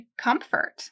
comfort